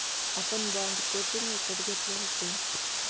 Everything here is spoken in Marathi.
आपण बाँड कोठून विकत घेतले होते?